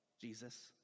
jesus